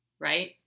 Right